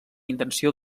intenció